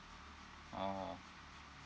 oh